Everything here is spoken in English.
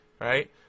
right